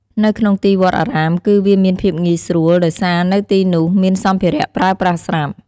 នៅក្នុងទីវត្តអារាមគឺវាមានភាពងាយស្រួលដោយសារនៅទីនុះមានសម្ភារៈប្រើប្រាស់ស្រាប់។